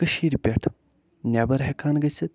کٔشیٖرِ پٮ۪ٹھ نٮ۪بر ہٮ۪کان گٔژھِتھ